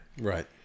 Right